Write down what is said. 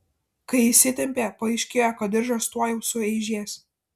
kai įsitempė paaiškėjo kad diržas tuojau sueižės